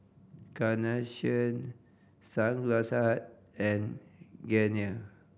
Carnation Sunglass Hut and Garnier